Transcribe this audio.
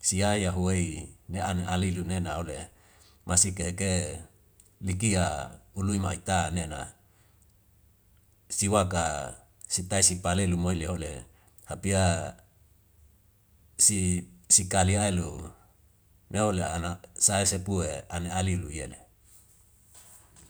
sia yahuwei ne an alidu nena ole masik kehkehe likia ului ma ikta anena siwaka sitai sik palelu moi le ole hapia si sikali ailu na ole ana sai sepue an aliyu yele.